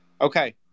Okay